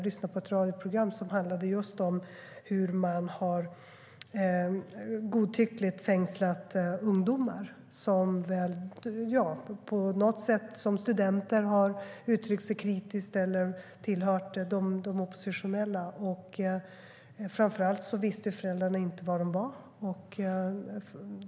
Det handlade just om hur man godtyckligt har fängslat ungdomar som på något sätt, som studenter, har uttryckt sig kritiskt eller tillhört de oppositionella. Framför allt visste föräldrarna inte var de var.